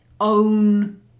own